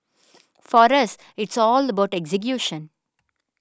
for us it's all about execution